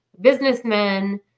businessmen